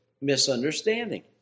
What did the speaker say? misunderstanding